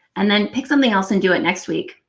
and then pick something else and do it next week.